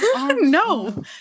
No